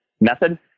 method